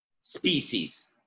species